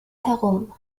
herum